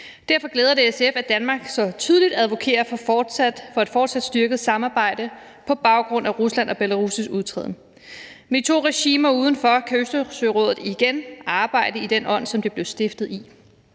Derfor glæder det os i SF, at Danmark så tydeligt advokerer for et fortsat styrket samarbejde på baggrund af Ruslands og Belarus' udtræden. Med de to regimer udenfor kan Østersørådet igen arbejde i den ånd, som det blev stiftet i,